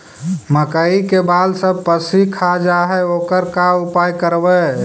मकइ के बाल सब पशी खा जा है ओकर का उपाय करबै?